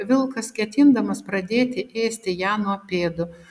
vilkas ketindamas pradėti ėsti ją nuo pėdų